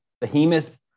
behemoth